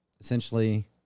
essentially